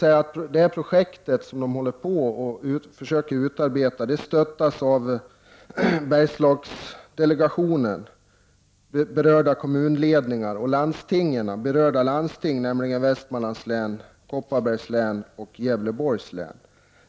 Projekten stöttas av Bergslagsdelegationen, berörda kommuner och landstingen, nämligen de i Västmanlands län, Kopparbergs län och Gävleborgs län.